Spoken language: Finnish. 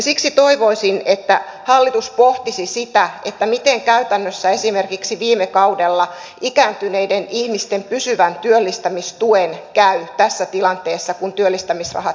siksi toivoisin että hallitus pohtisi sitä miten käytännössä esimerkiksi viime kaudella ikääntyneiden ihmisten pysyvän työllistämistuen käy tässä tilanteessa kun työllistämisrahat vähenevät